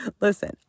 Listen